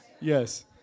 Yes